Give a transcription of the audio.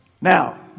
Now